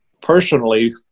personally